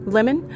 Lemon